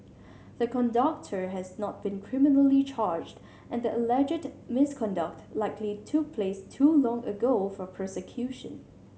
the conductor has not been criminally charged and the alleged misconduct likely took place too long ago for prosecution